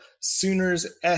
Sooners